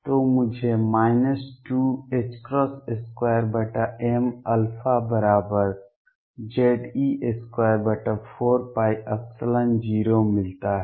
तो मुझे 22mαZe24π0 मिलता है